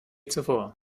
zuvor